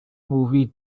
movie